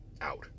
out